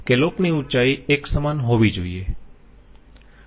scallop ની ઉંચાઈ એક સમાન હોવી જોઈયે